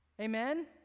Amen